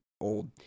old